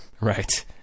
Right